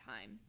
time